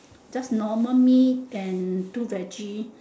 just normal meat and two veggie